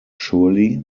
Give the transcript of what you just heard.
surely